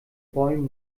bäumen